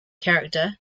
character